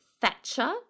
Thatcher